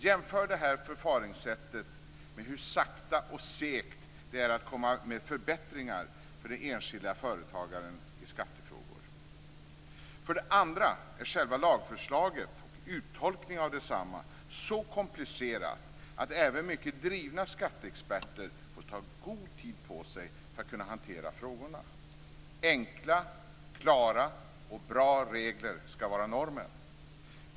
Jämför det här förfaringssättet med hur sakta och segt det går att komma med förbättringar för den enskilde företagaren i skattefrågor. För det andra är själva lagförslaget liksom uttolkningen av det så komplicerat att även mycket drivna skatteexperter får ta god tid på sig för att kunna hantera frågorna. Enkla, klara och bra regler skall vara normen.